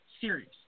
serious